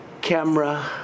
camera